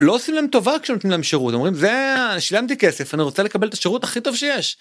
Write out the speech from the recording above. ‫לא עושים להם טובה ‫כשנותנים להם שירות. ‫אומרים, זה... ‫אני שילמתי כסף, ‫אני רוצה לקבל את השירות ‫הכי טוב שיש.